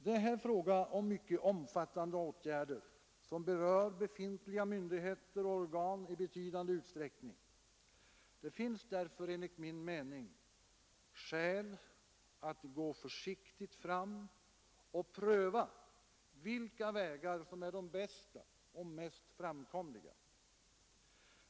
Det är här fråga om mycket omfattande åtgärder, som berör befintliga myndigheter och organ i betydande utsträckning. Det finns därför enligt min mening skäl att gå försiktigt fram och pröva vilka vägar som är de bästa och mest framkomliga.